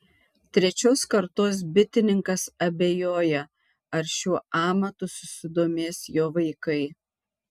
trečios kartos bitininkas abejoja ar šiuo amatu susidomės jo vaikai